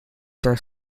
there